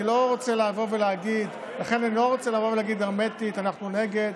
אני לא רוצה לבוא ולהגיד שהרמטית אנחנו נגד.